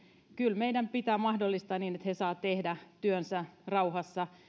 kyllä meidän pitää mahdollistaa se että he saavat tehdä työnsä rauhassa